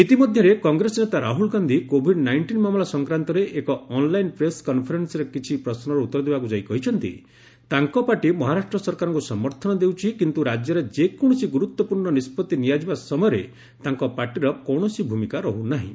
ଇତିମଧ୍ୟରେ କଂଗ୍ରେସ ନେତା Rahul Gandhi COVID nineteen ମାମଲା ସଂକ୍ରାନ୍ତରେ ଏକ ଅନ୍ଲାଇନ୍ ପ୍ରେସ୍ କନ୍ଫରେନ୍ବରେ କିଛି ପ୍ରଶ୍ୱର ଉତ୍ତର ଦେବାକୁ ଯାଇ କହିଛନ୍ତି ତାଙ୍କ ପାର୍ଟି ମହାରାଷ୍ଟ ସରକାରଙ୍କୁ ସମର୍ଥନ ଦେଉଛି କିନ୍ତୁ ରାଜ୍ୟରେ ଯେକୌଣସି ଗୁରୁତ୍ୱପୂର୍ଣ୍ଣ ନିଷ୍ପଭି ନିଆଯିବା ସମୟରେ ତାଙ୍କ ପାର୍ଟିର କୌଣସି ଭୂମିକା ରହୁନାହିଁ